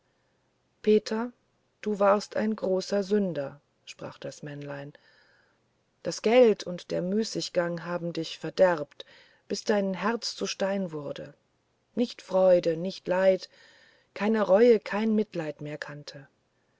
peter du warst ein großer sünder sprach das männlein das geld und der müßiggang haben dich verderbt bis dein herz zu stein wurde nicht freud nicht leid keine reue kein mitleid mehr kannte